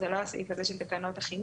זה לא הסעיף הזה של תקנות החינוך.